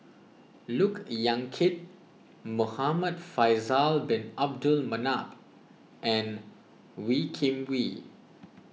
Look Yan Kit Muhamad Faisal Bin Abdul Manap and Wee Kim Wee